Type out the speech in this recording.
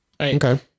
Okay